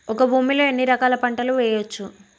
ఒక భూమి లో ఎన్ని రకాల పంటలు వేయచ్చు?